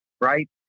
right